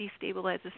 destabilizes